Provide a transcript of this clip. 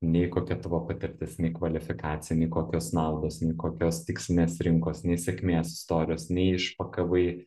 nei kokia tavo patirtis nei kvalifikacija nei kokios naudos nei kokios tikslinės rinkos nei sėkmės istorijos nei išpakavai